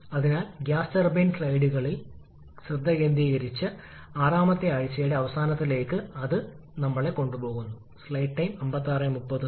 അതിനാൽ ഈ 4 മുതൽ 5 വരെ വീണ്ടും ചൂടാക്കൽ ഘട്ടമാണ് 5 മുതൽ 6 വരെ വിപുലീകരണത്തിന്റെ രണ്ടാം ഘട്ടമാണ് ഇതിൽ നിന്ന് നമ്മൾക്ക് തീർച്ചയായും ഉയർന്ന ഔട്ട്പുട്ട് ലഭിക്കുന്നു